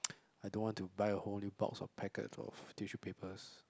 I don't want to buy a whole new box or packet of tissue papers